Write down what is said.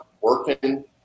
working